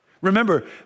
Remember